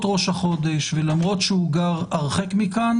ראש החודש ולמרות שהוא גר הרחק מכאן,